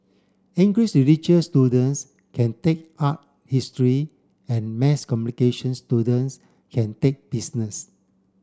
English religious students can take art history and mass communications students can take business